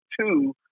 two